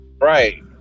right